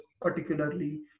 particularly